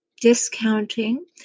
Discounting